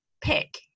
pick